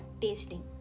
tasting